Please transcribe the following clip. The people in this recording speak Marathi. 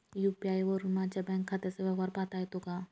यू.पी.आय वरुन माझ्या बँक खात्याचा व्यवहार पाहता येतो का?